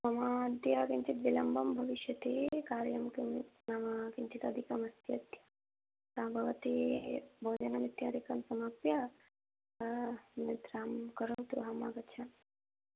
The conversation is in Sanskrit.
मम अद्य किञ्चिद् विलम्बः भविष्यति कार्यं किं नाम किञ्चित् अधिकम् अस्ति अद्य हा भवती भोजनम् इत्यादिकं समाप्य निद्रां करोतु अहम् आगच्छामि